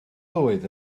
oedd